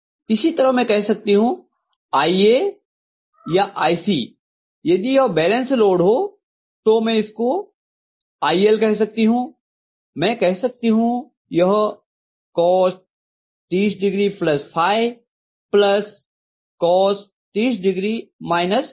इसी तरह मैं कह सकती हूँ iA या iC यदि यह बैलेंस लोड हो तो और इसको मैं IL कह सकती हूँ मैं कह सकती हूँ यह COS 30ο COS 30ο होगा